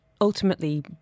ultimately